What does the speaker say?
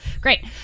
Great